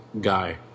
guy